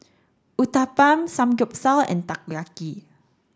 Uthapam Samgeyopsal and Takoyaki